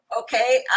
okay